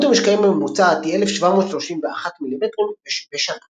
כמות המשקעים הממוצעת היא 1,731 מילימטרים בשנה.